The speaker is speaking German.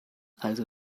also